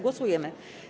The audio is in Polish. Głosujemy.